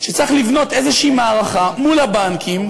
שצריך לבנות איזושהי מערכה מול הבנקים,